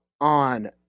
on